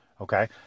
Okay